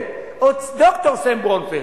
ד"ר סם ברונפלד,